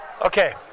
Okay